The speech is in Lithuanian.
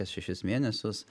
kas šešis mėnesius